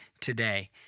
today